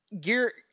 Gear